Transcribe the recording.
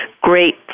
great